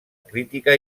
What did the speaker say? crítica